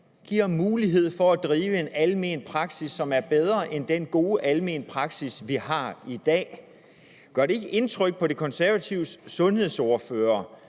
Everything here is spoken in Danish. giver mulighed for at drive en almen praksis, som er bedre end den gode almene praksis, vi har i dag. Gør det ikke indtryk på De Konservatives sundhedsordfører,